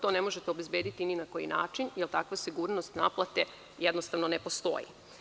To ne možete obezbediti ni na koji način, jer takva sigurnost naplate jednostavno ne postoji.